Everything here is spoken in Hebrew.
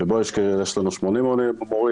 שבו יש לנו 80 מורים,